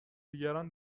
دیگران